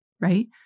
right